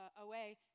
away